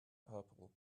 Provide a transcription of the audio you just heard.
purple